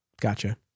Gotcha